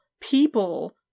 people